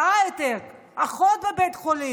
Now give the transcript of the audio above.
בהייטק, אחות בבית חולים,